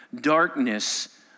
darkness